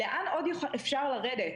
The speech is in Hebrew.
לאן עוד אפשר לרדת?